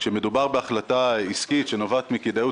כשמדובר בהחלטה עסקית שנובעת מכדאיות